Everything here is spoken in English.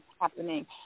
happening